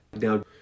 Now